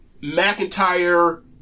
McIntyre